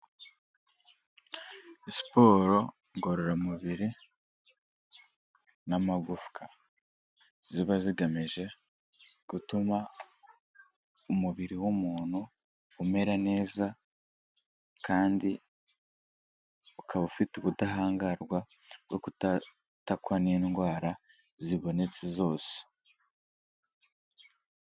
Siporo ngororamubiri n'amagufwa, ziba zigamije gutuma umubiri w'umuntu umera neza kandi ukaba ufite ubudahangarwa bwo kutatakwa n'indwara zibonetse zose.